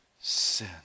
sin